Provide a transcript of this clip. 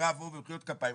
בראבו ומחיאות כפיים,